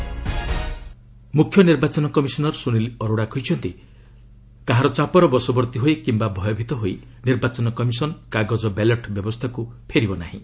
election commission conference ମୁଖ୍ୟ ନିର୍ବାଚନ commissioner Sunil Arora କହିଛନ୍ତି କାହାର ଚାପର ବସବର୍ତ୍ତୀ ହୋଇ କିମ୍ବା ଭୟଭୀତ ହୋଇ ନିର୍ବାଚନ କମିଶନ୍ କାଗଜ ବ୍ୟାଲଟ୍ ବ୍ୟବସ୍ଥାକୁ ଫେରିବ ନାହିଁ